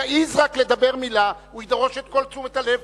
יעז לדבר מלה הוא ידרוש את כל תשומת הלב,